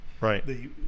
Right